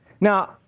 Now